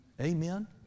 Amen